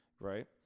right